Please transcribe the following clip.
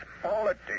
politics